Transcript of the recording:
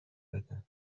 دادن